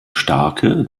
starke